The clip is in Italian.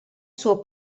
suo